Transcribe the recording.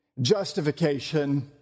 justification